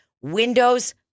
windows